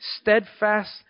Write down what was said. steadfast